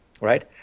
right